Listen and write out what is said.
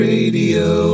Radio